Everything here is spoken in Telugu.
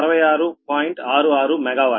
66 MW